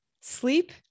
Sleep